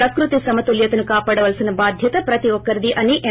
ప్రకృతి సమతుల్యతను కాపాడాల్సిన బాధ్యత ప్రతి ఒక్కరిది అని ఎం